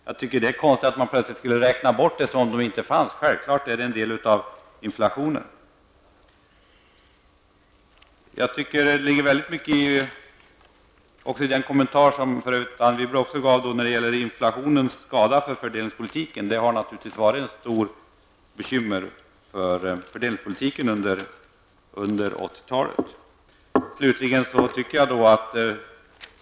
Jag tycker att det är konstigt att plötsligt räkna bort detta som om det inte fanns. Självfallet är det en del av inflationen. Det ligger mycket i den kommentar som Anne Wibble gav uttryck för när det gäller inflationens skada för fördelningspolitiken. Det har naturligtvis varit ett stort bekymmer under 80-talet.